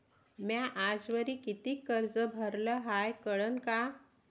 म्या आजवरी कितीक कर्ज भरलं हाय कळन का?